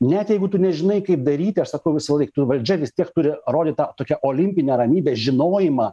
net jeigu tu nežinai kaip daryti aš sakau visąlaik valdžia vis tiek turi rodyt tą tokią olimpinę ramybę žinojimą